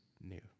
new